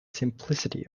simplicity